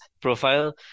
profile